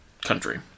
country